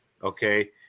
okay